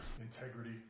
integrity